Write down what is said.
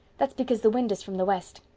that's because the wind is from the west.